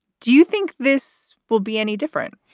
do you think this will be any different?